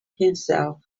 himself